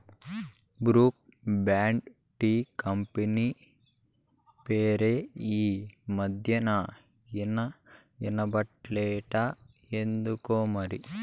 Brooke Bond tea company పేరే ఈ మధ్యనా ఇన బడట్లా ఎందుకోమరి